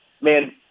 man